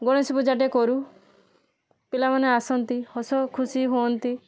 ଗଣେଶ ପୂଜାଟେ କରୁ ପିଲାମାନେ ଆସନ୍ତି ହସ ଖୁସି ହୁଅନ୍ତି